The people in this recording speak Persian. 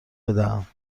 بدهم